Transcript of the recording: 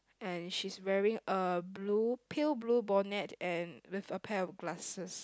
and she's wearing a blue pale blue bonnet and with a pair of glasses